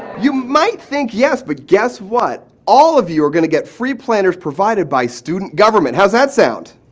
you might think yes, but guess what? all of you are going to get free planners provided by student government. how's that sound?